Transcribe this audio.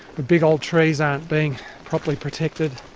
big old trees aren't being properly protected.